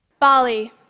Bali